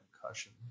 concussion